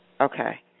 Okay